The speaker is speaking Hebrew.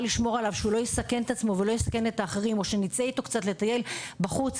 לשמור שלא יסכן את עצמו ואת האחרים או שנצא אתו קצת לטייל בחוץ,